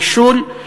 נישול,